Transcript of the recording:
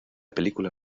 película